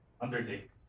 undertake